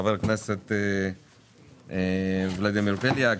חבר הכנסת ולדימיר בליאק,